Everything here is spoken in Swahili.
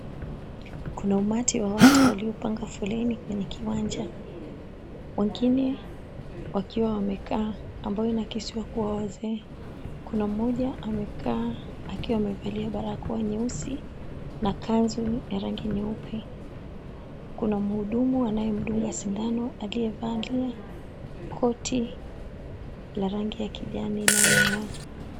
Kuna umati wa watu walio panga foleni kwenye uwanja. Wengine wakiwa wamekaa ambao ni wazee. Kuna mmoja amekaa akiwa amevalia barakoa nyeusi, na kanzu ya rangi nyeupe. Kuna mhudumu anaye mdunga sindano aliye valia koti la rangi ya kijani inayo ng'aa